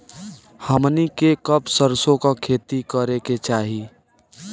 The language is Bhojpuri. हमनी के कब सरसो क खेती करे के चाही?